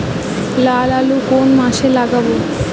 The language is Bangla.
লাল আলু কোন মাসে লাগাব?